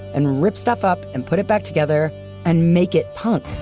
and rip stuff up and put it back together and make it punk.